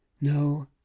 No